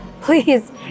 please